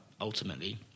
ultimately